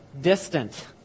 distant